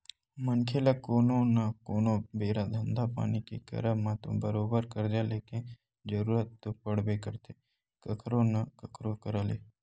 मनखे ल कोनो न कोनो बेरा धंधा पानी के करब म तो बरोबर करजा लेके जरुरत तो पड़बे करथे कखरो न कखरो करा ले